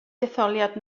detholiad